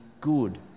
good